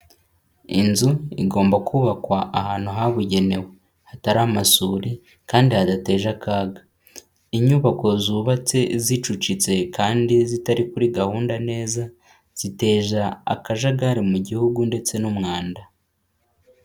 Inzu igomba kubakwa ahantu habugenewe, hatari amasuri kandi hadateje akaga. Inyubako zubatse zicucitse kandi zitari kuri gahunda neza, ziteza akajagari mu Gihugu ndetse n'umwanda.